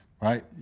right